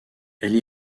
elle